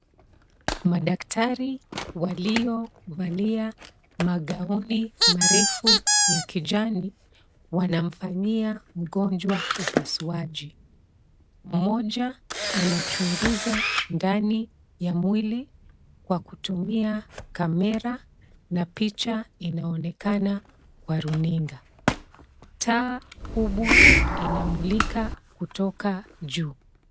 Madaktari waliovalia magauni marefu ya kijani, wanamfanyia mgonjwa upasuaji. Mmoja anachunguza ndani ya mwili kwa kutumia kamera na picha inaonekana kwa runinga. Taa kubwa inamulika kutoka juu.